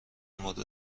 مورد